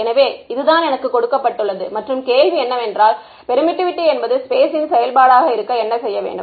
எனவே இதுதான் எனக்கு கொடுக்கப்பட்டுள்ளது மற்றும் கேள்வி பெர்மிட்டிவிட்டி என்பது ஸ்பேஸ் ன் செயல்பாடாக இருக்க என்ன செய்ய வேண்டும்